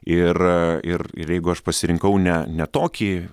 ir ir ir jeigu aš pasirinkau ne ne tokį